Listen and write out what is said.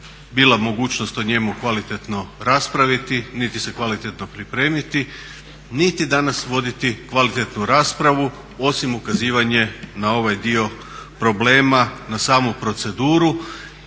bila mogućnost o njemu kvalitetno raspraviti, niti se kvalitetno pripremiti, niti danas voditi kvalitetnu raspravu osim ukazivanje na ovaj dio problema na samu proceduru.